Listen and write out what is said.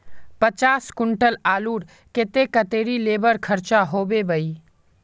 पचास कुंटल आलूर केते कतेरी लेबर खर्चा होबे बई?